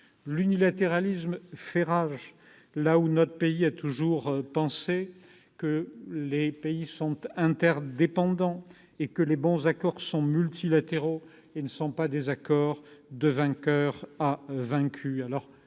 L'unilatéralisme fait rage, là où notre pays a toujours pensé que les États étaient interdépendants et que les bons accords étaient multilatéraux et non de vainqueurs à vaincus.